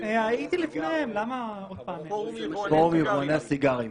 אני מפורום יבואני הסיגרים.